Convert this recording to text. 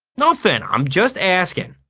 nothing! i'm just asking!